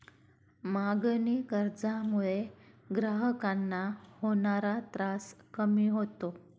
मागणी कर्जामुळे ग्राहकांना होणारा त्रास कमी होतो